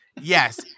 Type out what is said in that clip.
Yes